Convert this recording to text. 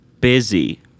Busy